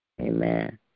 Amen